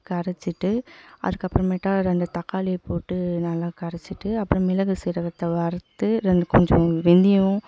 கரைச்சுட்டு அதுக்கு அப்புறமேட்டா ரெண்டு தக்காளியை போட்டு நல்லா கரைச்சுட்டு அப்பறம் மிளகு சீரகத்தை வறுத்து ரெண்டு கொஞ்சம் வெந்தயம்